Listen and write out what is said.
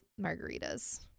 margaritas